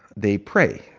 they pray.